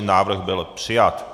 Návrh byl přijat.